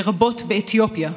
לרבות באתיופיה.